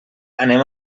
anem